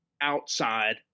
outside